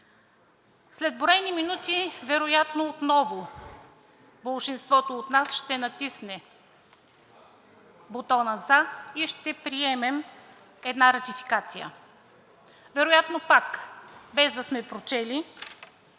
След броени минути вероятно отново болшинството от нас ще натисне бутона за и ще приемем една ратификация вероятно пак, без да сме прочели